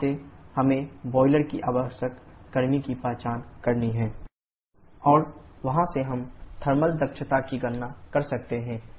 वहां से हमें बॉयलर में आवश्यक गर्मी की पहचान करनी है qBh1 h4 और वहां से हम थर्मल दक्षता की गणना कर सकते हैं